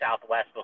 Southwest